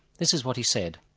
this is what he said.